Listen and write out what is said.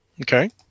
Okay